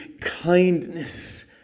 kindness